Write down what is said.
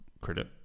credit